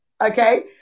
okay